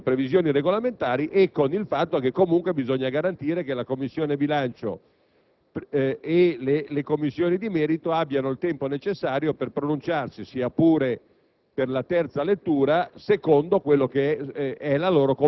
nella tempistica con gli obblighi e con le previsioni regolamentari e con il fatto che comunque bisogna garantire che la Commissione bilancio e le Commissioni di merito abbiano il tempo necessario per pronunciarsi, sia pure